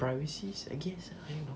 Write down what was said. privacy I guess I don't know